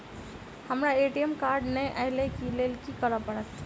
हमरा ATM card नै अई लई केँ लेल की करऽ पड़त?